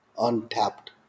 untapped